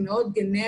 הם מאוד גנריים,